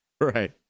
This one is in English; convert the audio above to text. Right